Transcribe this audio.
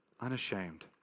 unashamed